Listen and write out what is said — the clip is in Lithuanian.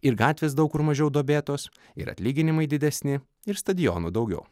ir gatvės daug kur mažiau duobėtos ir atlyginimai didesni ir stadionų daugiau